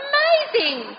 Amazing